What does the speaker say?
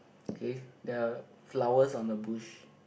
okay there're flowers on the bush